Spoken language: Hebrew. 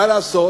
מה לעשות,